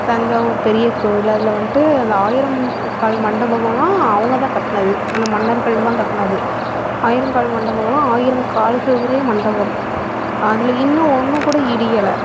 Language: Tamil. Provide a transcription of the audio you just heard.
தஞ்சாவூர் பெரியக் கோவில் அதில் வந்துட்டு அந்த ஆயிரம் கால் மண்டபம்லாம் அவங்கதான் கட்டினது அந்த மன்னர்கள் தான் கட்டினது ஆயிரங்கால் மண்டபம்லாம் ஆயிரங்கால்கள் உடைய மண்டபம் அதில் இன்னும் ஒன்றுக்கூட இடியலை